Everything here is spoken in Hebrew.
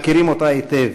מכירים אותה היטב.